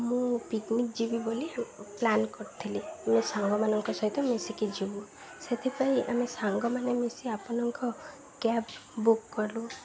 ମୁଁ ପିକନିକ୍ ଯିବି ବୋଲି ପ୍ଲାନ୍ କରିଥିଲି ଆମେ ସାଙ୍ଗମାନଙ୍କ ସହିତ ମିଶିକି ଯିବୁ ସେଥିପାଇଁ ଆମେ ସାଙ୍ଗମାନେ ମିଶି ଆପଣଙ୍କ କ୍ୟାବ୍ ବୁକ୍ କଲୁ